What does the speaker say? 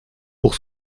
pour